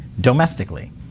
domestically